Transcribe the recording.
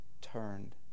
turned